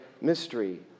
mystery